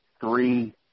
three